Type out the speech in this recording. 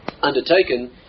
undertaken